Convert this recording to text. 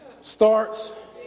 starts